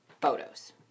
photos